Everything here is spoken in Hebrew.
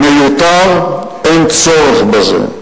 מיותר, אין צורך בזה.